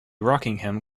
rockingham